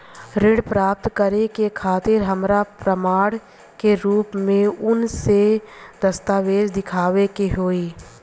ऋण प्राप्त करे के खातिर हमरा प्रमाण के रूप में कउन से दस्तावेज़ दिखावे के होइ?